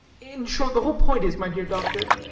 in short, the whole point is, my dear doctor